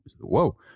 Whoa